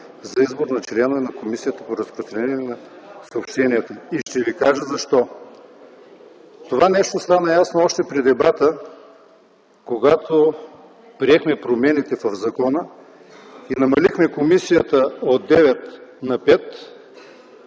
за избор на членове на Комисията за регулиране на съобщенията. Ще ви кажа защо. Това стана ясно още при дебата, когато приехме промените в закона и намалихме комисията от 9 на 5